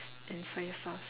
and soya sauce